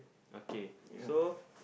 okay so